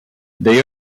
they